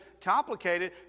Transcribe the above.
complicated